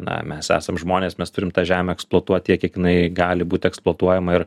na mes esam žmonės mes turim tą žemę eksploatuot tiek kiek jinai gali būt eksploatuojama ir